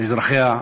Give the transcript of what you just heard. לאזרחיה,